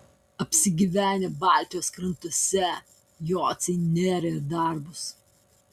apsigyvenę baltijos krantuose jociai nėrė į darbus